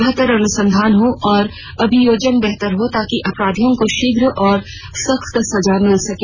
बेहतर अनुसंधान हो और अभियोजन बेहतर हो ताकि अपराधियों को शीघ्र और सख्त सजा मिल सके